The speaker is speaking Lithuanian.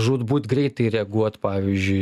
žūtbūt greitai reaguot pavyzdžiui